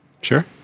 Sure